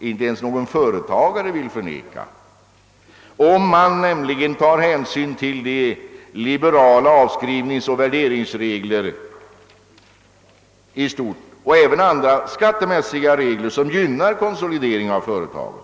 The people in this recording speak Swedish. inte ens någon företagare vill förneka — om nämligen hänsyn tas till de liberala avskrivningsoch värderingsreglerna i stort och även till andra skatteregler som gynnar konsolidering av företag.